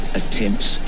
attempts